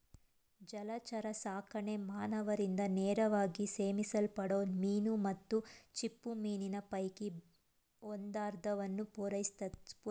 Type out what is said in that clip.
ಜಲಚರಸಾಕಣೆ ಮಾನವರಿಂದ ನೇರವಾಗಿ ಸೇವಿಸಲ್ಪಡೋ ಮೀನು ಮತ್ತು ಚಿಪ್ಪುಮೀನಿನ ಪೈಕಿ ಒಂದರ್ಧವನ್ನು ಪೂರೈಸುತ್ತೆ